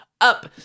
Up